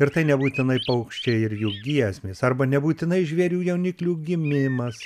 ir tai nebūtinai paukščiai ir jų giesmės arba nebūtinai žvėrių jauniklių gimimas